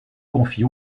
confie